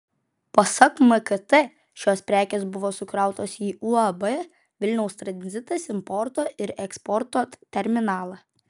pasak mkt šios prekės buvo sukrautos į uab vilniaus tranzitas importo ir eksporto terminalą